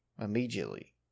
immediately